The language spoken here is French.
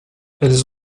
elles